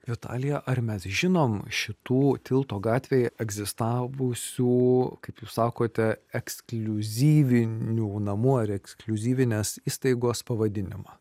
vitalija ar mes žinom šitų tilto gatvėj egzistavusių kaip jūs sakote ekskliuzyvinių namų ar ekskliuzyvinės įstaigos pavadinimą